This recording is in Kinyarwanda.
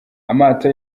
amato